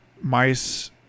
mice